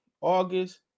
August